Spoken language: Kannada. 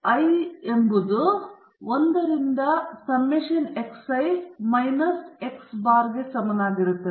ನಾನು 1 ರಿಂದ nxi ಮೈನಸ್ x ಬಾರ್ಗೆ ಸಮನಾಗಿರುತ್ತದೆ